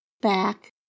back